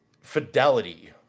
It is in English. Fidelity